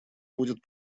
будет